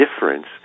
difference